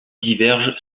divergent